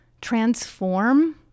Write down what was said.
transform